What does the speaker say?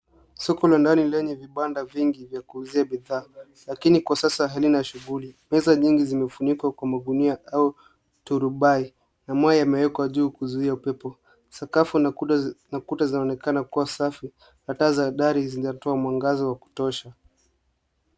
Soko la ndani lenye vibanda vingi vya kuuzia bidhaa, lakini kwa sasa halina shughuli. Meza nyingi zimefunikwa kwa magunia au turubai, na mwaya yamewekwa juu kuzuia upepo. Sakafu na kuta na kuta zinaonekana kuwa safi, na taa za dari zinatoa mwangaza wa kutosha.